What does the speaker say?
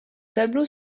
tableau